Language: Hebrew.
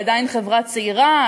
היא עדיין חברה צעירה,